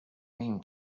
mean